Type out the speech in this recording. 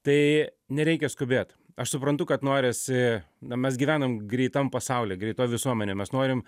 tai nereikia skubėt aš suprantu kad norisi na mes gyvenam greitam pasaulyje greitoje visuomenėj mes norim